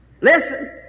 Listen